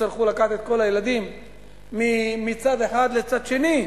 יצטרכו לקחת את כל הילדים מצד אחד של העיר לצד השני.